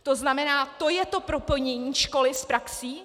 To znamená, to je to propojení školy s praxí?